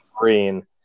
Green